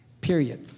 period